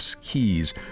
Keys